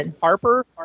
Harper